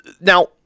Now